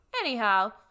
Anyhow